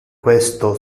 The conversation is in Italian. questo